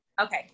Okay